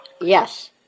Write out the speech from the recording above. Yes